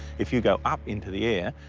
if you go up into the air,